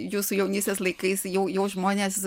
jūsų jaunystės laikais jau jau žmonės